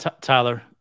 Tyler